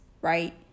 right